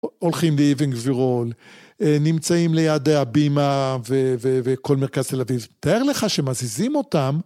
הולכים לאבן גבירול, נמצאים ליד הבימה וכל מרכז תל אביב, תאר לך שמזיזים אותם